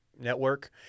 Network